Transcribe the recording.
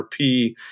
RP